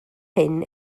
hyn